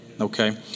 Okay